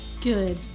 Good